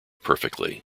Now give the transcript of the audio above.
perfectly